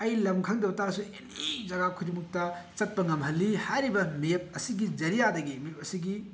ꯑꯩ ꯂꯝ ꯈꯪꯗꯕ ꯇꯥꯔꯁꯨ ꯑꯦꯅꯤ ꯖꯒꯥ ꯈꯨꯗꯤꯡꯃꯛꯇ ꯆꯠꯄ ꯉꯝꯍꯜꯂꯤ ꯍꯥꯏꯔꯤꯕ ꯃꯦꯞ ꯑꯁꯤꯒꯤ ꯃꯦꯞ ꯑꯁꯤꯒꯤ